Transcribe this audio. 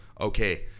okay